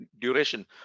duration